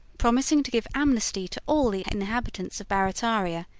promising to give amnesty to all the inhabitants of barrataria,